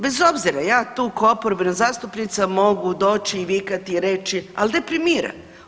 Bez obzira ja tu ko oporbena zastupnica mogu doć i vikati i reći, ali deprimira.